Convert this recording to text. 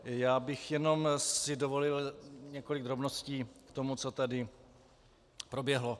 Já bych si jenom dovolil několik drobností k tomu, co tady proběhlo.